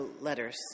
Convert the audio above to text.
letters